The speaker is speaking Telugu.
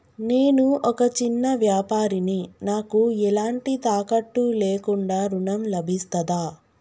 నేను ఒక చిన్న వ్యాపారిని నాకు ఎలాంటి తాకట్టు లేకుండా ఋణం లభిస్తదా?